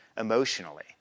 emotionally